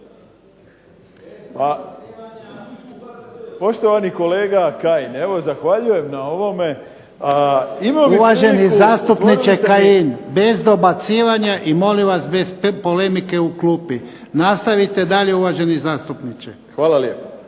Poštovani kolega Kajin, evo zahvaljujem na ovome… **Jarnjak, Ivan (HDZ)** Uvaženi zastupniče Kajin, bez dobacivanja i molim vas bez polemike u klupi. Nastavite dalje, uvaženi zastupniče. **Srb,